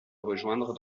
rejoindre